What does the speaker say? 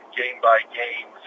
game-by-game